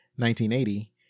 1980